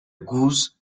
goose